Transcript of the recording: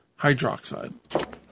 hydroxide